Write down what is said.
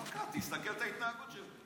גם אתה, תסתכל את ההתנהגות שלו,